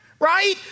right